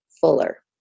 Fuller